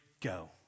go